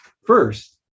First